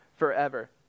Forever